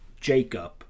Jacob